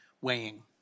weighing